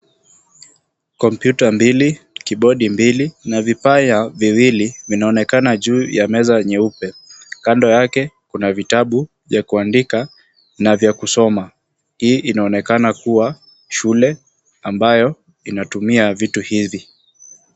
Kompyuta mbili, kibodi mbili na vipanya viwili vinaonekana juu ya meza nyeupe. Kando yake kuna vitabu vya kuandika na vya kusoma. Hii inaonekana kuwa shule ambayo inatumia vitu hivi.